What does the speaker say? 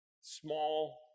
Small